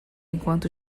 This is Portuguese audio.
enquanto